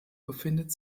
befindet